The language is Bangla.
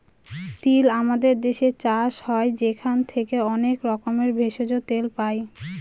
তিল আমাদের দেশে চাষ হয় সেখান থেকে অনেক রকমের ভেষজ, তেল পাই